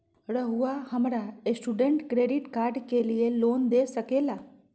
रहुआ हमरा student credit card के लिए लोन दे सके ला?